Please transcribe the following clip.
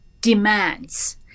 demands